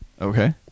Okay